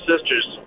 sisters